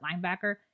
linebacker